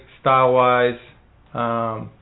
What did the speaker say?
style-wise